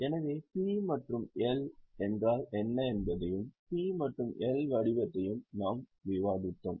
எனவே P மற்றும் L என்றால் என்ன என்பதையும் P மற்றும் L வடிவத்தையும் நாம் விவாதித்தோம்